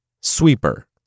Sweeper